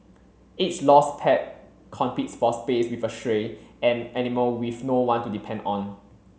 each lost pet competes for space with a stray an animal with no one to depend on